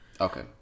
Okay